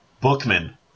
Bookman